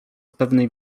pewnej